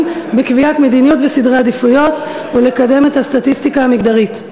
בקביעת מדיניות בסדרי עדיפויות ולקדם את הסטטיסטיקה המגדרית.